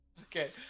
Okay